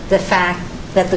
the fact that the